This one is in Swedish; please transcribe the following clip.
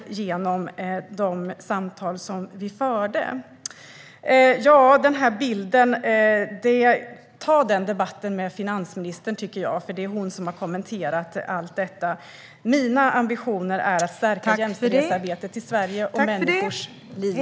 Vad gäller den där bilden ber jag Erik Andersson att ta debatten med finansministern. Det är hon som har kommenterat allt detta. Mina ambitioner är att stärka jämställdhetsarbetet i Sverige och människors liv.